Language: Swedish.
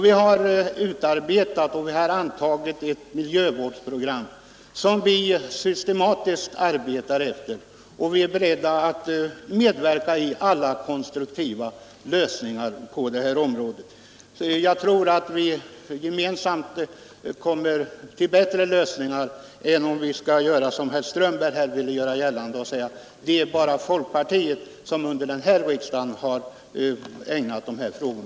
Vi har utarbetat och antagit ett miljövårdsprogram, som vi systematiskt arbetar efter, och vi är beredda att medverka till alla konstruktiva lösningar på detta område. Jag tror att vi gemensamt kan uppnå bättre lösningar än om vi gör som herr Strömberg och säger: det är bara folkpartiet som har ägnat sig åt dessa frågor.